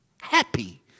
happy